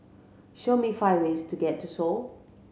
show me five ways to get to Seoul